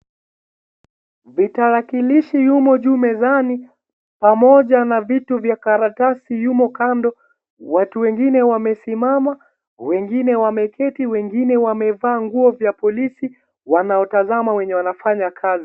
Vitalakilishi yumo juu mezani pamoja na vitu vya karatasi yumo kando, watu wengine wamesimama, wengine wameketi, wengine wamevaa nguo vya polisi wanaotazama wanaofanya kazi.